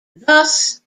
thus